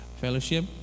Fellowship